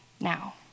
now